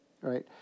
Right